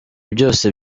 byose